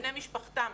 בני משפחתם.